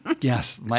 Yes